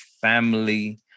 family